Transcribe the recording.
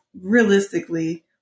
realistically